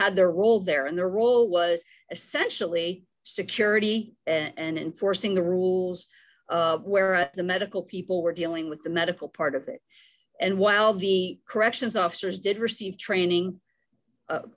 had their role there and their role was essentially security and enforcing the rules where the medical people were dealing with the medical part of it and while the corrections officers did receive training